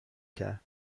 کرد